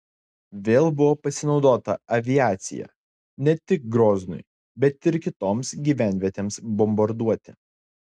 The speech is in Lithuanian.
vėl buvo pasinaudota aviacija ne tik groznui bet ir kitoms gyvenvietėms bombarduoti